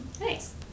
Nice